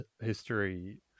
history